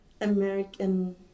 American